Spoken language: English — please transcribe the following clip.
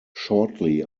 shortly